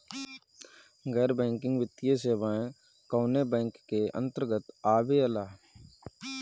गैर बैंकिंग वित्तीय सेवाएं कोने बैंक के अन्तरगत आवेअला?